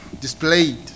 displayed